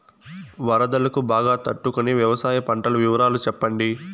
వరదలకు బాగా తట్టు కొనే వ్యవసాయ పంటల వివరాలు చెప్పండి?